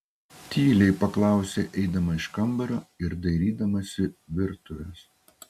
tyliai paklausė eidama iš kambario ir dairydamasi virtuvės